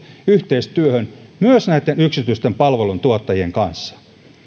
yhteistyöhön myös näitten yksityisten palveluntuottajien kanssa